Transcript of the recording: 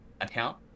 Account